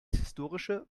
historische